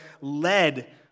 led